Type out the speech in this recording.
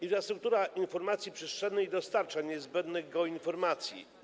Infrastruktura informacji przestrzennej dostarcza niezbędnych geoinformacji.